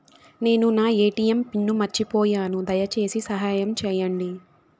నేను నా ATM pin మర్చిపోయాను, దయచేసి సహాయం చేయండి